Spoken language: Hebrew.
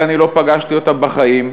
ואני לא פגשתי אותם בחיים.